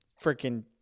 freaking